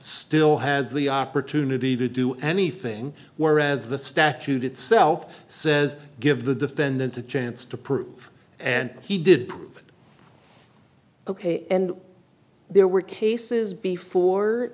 still has the opportunity to do anything whereas the statute itself says give the defendant a chance to prove and he did prove ok and there were cases before